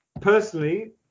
personally